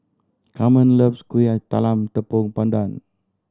Carmen loves Kueh Talam Tepong Pandan